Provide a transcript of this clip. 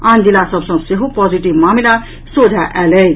आन जिला सभ सँ सेहो पॉजिटिव मामिला सोझा आयल अछि